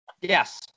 Yes